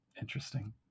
interesting